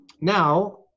Now